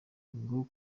ngo